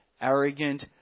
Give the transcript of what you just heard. arrogant